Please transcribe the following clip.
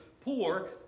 poor